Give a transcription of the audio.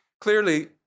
clearly